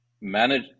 manage